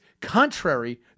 contrary